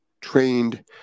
trained